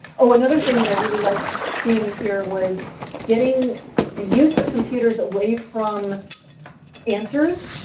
oh, another thing that i really liked seeing in here was getting the use of computers away from answers.